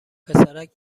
پسرک